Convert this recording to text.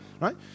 right